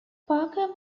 parker